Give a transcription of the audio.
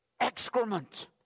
Excrement